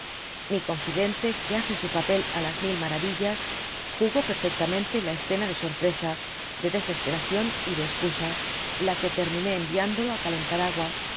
mi con fidente que hace su papel á las mil maravillas jugó perfectamente la escena de sorpresa de desesperación y de escusa la que termina enviandolo á calentar agua